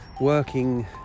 working